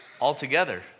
altogether